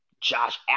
Josh